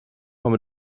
from